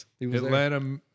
Atlanta